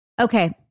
Okay